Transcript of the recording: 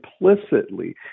implicitly